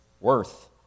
worth